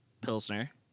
pilsner